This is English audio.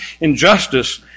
injustice